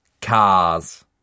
Cars